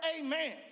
amen